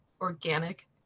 organic